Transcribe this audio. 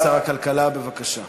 שר הכלכלה, בבקשה.